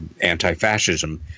anti-fascism